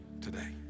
today